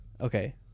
Okay